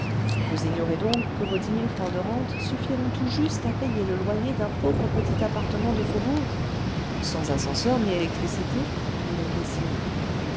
vous ignorez donc que vos dix mille francs de rente suffiront tout juste à payer le loyer d un pauvre petit appartement de faubourg sans ascenseur ni électricité dit le caissier